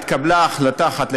התקבלה החלטה אחת,